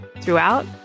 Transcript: throughout